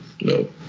No